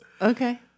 Okay